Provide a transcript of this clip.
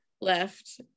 left